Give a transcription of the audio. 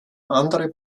andere